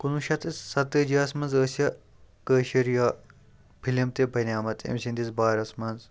کُنوُہ شیٚتھ سَتہٕ تٲجی ہَس منٛز ٲسۍ یہِ کٲشِر یہِ فِلم تہِ بنے مٕژ أمۍ سٕنٛدِس بارَس منٛز